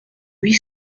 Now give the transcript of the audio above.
huit